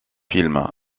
film